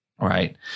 Right